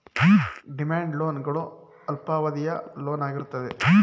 demand loan ಗಳು ಅಲ್ಪಾವಧಿಯ loan ಆಗಿರುತ್ತೆ